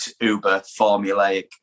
uber-formulaic